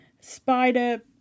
spider